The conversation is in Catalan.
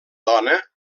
dona